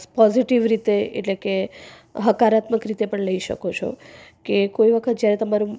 positive રીતે એટલે કે હકારાત્મક રીતે પણ લઈ શકો છો કે કોઈ વખત જ્યારે તમારે